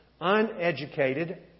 uneducated